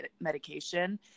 medication